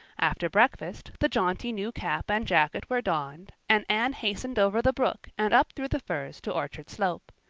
after breakfast the jaunty new cap and jacket were donned, and anne hastened over the brook and up through the firs to orchard slope.